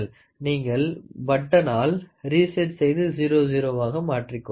நீங்கள் பட்டனால் ரீசெட் செய்து 00 வாக மாற்றிக்கொள்ளலாம்